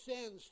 sins